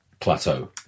plateau